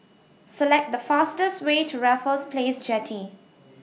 Select The fastest Way to Raffles Place Jetty